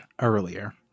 earlier